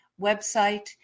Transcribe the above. website